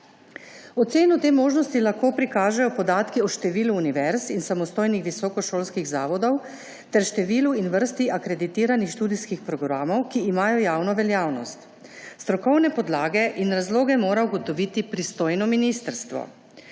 Oceno te možnosti lahko prikažejo podatki o številu univerz in samostojnih visokošolskih zavodov ter številu in vrsti akreditiranih študijskih programov, ki imajo javno veljavnost. Strokovne podlage in razloge mora ugotoviti pristojno ministrstvo.